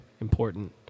important